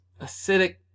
acidic